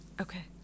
Okay